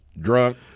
drunk